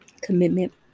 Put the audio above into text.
commitment